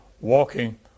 walking